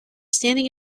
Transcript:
standing